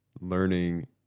learning